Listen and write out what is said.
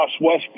West